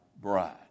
bride